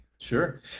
Sure